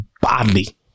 badly